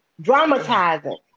dramatizing